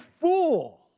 fool